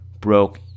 broke